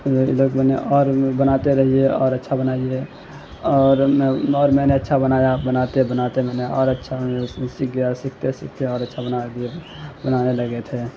لوگ بولے اور بناتے رہیے اور اچھا بنائیے اور میں اور میں نے اچھا بنایا بناتے بناتے میں نے اور اچھا اس میں سیکھ گیا اور سیکھتے سیکھتے اور اچھا بنا دیا پھر بنانے لگے تھے